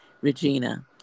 Regina